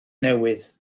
newydd